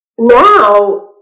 now